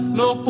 no